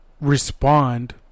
respond